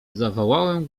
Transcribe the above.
zawołałem